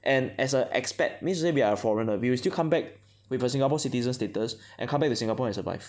and as a expat means also we are foreigners we will still come back with a Singapore citizen status and come back to Singapore and survive